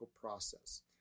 process